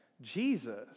Jesus